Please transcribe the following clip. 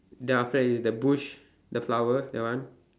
then after that is the bush the flower that one